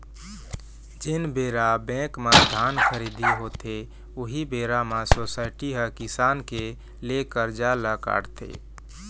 जेन बेरा बेंक म धान खरीदी होथे, उही बेरा म सोसाइटी ह किसान के ले करजा ल काटथे